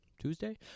Tuesday